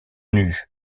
nus